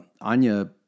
Anya